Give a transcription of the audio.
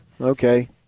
Okay